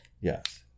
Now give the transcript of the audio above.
Yes